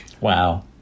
Wow